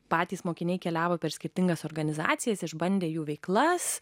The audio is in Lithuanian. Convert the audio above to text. patys mokiniai keliavo per skirtingas organizacijas išbandė jų veiklas